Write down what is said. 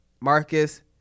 Marcus